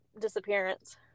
disappearance